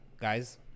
guys